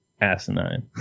asinine